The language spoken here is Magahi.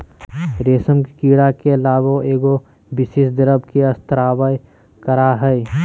रेशम के कीड़ा के लार्वा एगो विशेष द्रव के स्त्राव करय हइ